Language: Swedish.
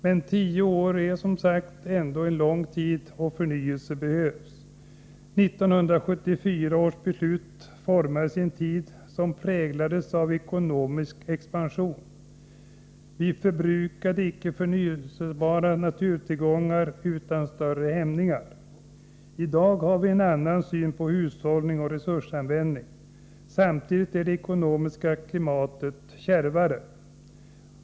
Men tio år är, som sagt, ändå en lång tid, och förnyelse behövs. 1974 års beslut formades i en tid som präglades av ekonomisk expansion. Vi förbrukade icke förnyelsebara naturtillgångar utan större hämningar. I dag har vi en annan syn på hushållning och resursanvändning. Samtidigt är det ekonomiska klimatet kärvare.